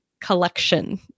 collection